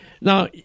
Now